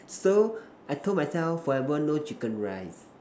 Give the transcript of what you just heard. so I told myself forever no chicken rice